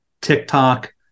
TikTok